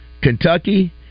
Kentucky